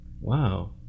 wow